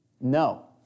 No